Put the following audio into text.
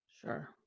sure